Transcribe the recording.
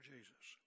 Jesus